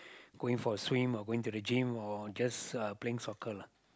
going for a swim or going to the gym or just uh playing soccer lah